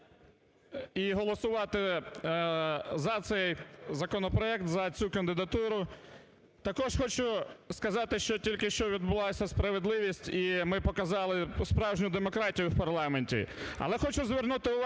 і голосувати за цей законопроект, за цю кандидатуру. Також хочу сказати, що тільки що відбулася справедливість і ми показали справжню демократію в парламенті.